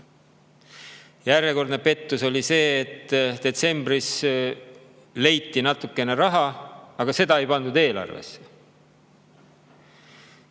Järjekordne pettus oli see, et detsembris leiti natukene raha, aga seda ei pandud eelarvesse.